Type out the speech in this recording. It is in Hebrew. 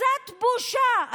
קצת בושה.